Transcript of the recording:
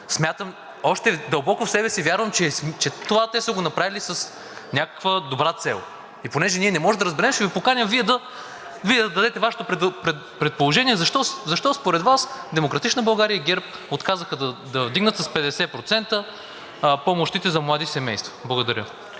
смятам, дълбоко в себе си вярвам, че това те са го направили с някаква добра цел, и понеже ние не можем да разберем, ще Ви поканим Вие да дадете Вашето предположение, защо според Вас „Демократична България“ и ГЕРБ отказаха да вдигнат с 50% помощите за млади семейства. Благодаря.